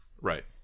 Right